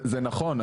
זה נכון,